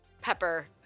pepper